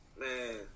Man